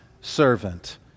servant